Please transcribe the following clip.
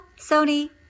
Sony